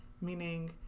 meaning